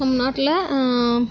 நம் நாட்டில்